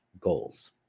goals